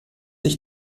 ich